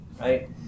right